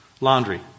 laundry